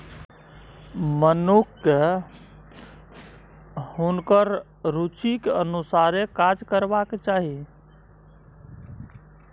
मनुखकेँ हुनकर रुचिक अनुसारे काज करबाक चाही